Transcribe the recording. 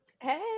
Hey